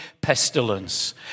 pestilence